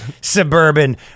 suburban